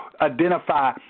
identify